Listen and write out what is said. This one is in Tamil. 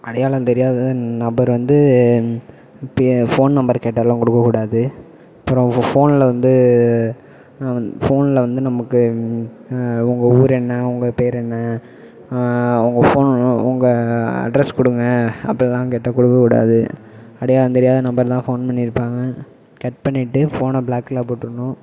அடையாளம் தெரியாத நபர் வந்து இப்போ ஃபோன் நம்பர் கேட்டாலும் கொடுக்கக் கூடாது அப்பறம் ஃபோனில் வந்து ஃபோனில் வந்து நமக்கு உங்க ஊர் என்ன உங்க பேர் என்ன உங்க ஃபோன் உங்கள் அட்ரஸ் கொடுங்க அப்படில்லாம் கேட்டால் கொடுக்கக் கூடாது அடையாளம் தெரியாத நபர்லாம் ஃபோன் பண்ணியிருப்பாங்க கட் பண்ணிட்டு ஃபோனை ப்ளாக்கில் போட்டுடணும்